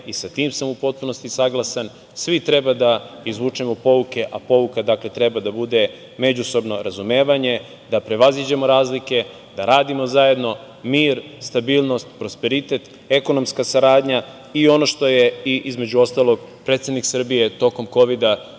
i sa tim sam u potpunosti saglasan, svi treba da izvučemo pouke, a pouka treba da bude međusobno razumevanje, da prevaziđemo razlike, da radimo zajedno, mir, stabilnost, prosperitet, ekonomska saradnja i ono što je, između ostalog, predsednik Srbije, tokom Kovida,